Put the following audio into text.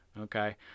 okay